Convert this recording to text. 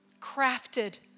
crafted